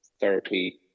therapy